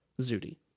Zudi